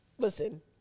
Listen